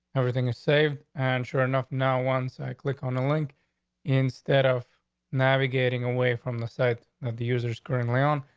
everything is saved. and sure enough, now, once i click on the link instead of navigating away from the side of the users going around,